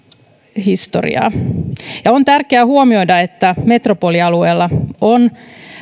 historiaa on tärkeää huomioida että metropolialueella on